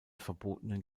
verbotenen